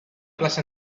plaça